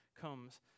comes